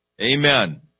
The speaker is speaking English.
Amen